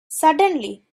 suddenly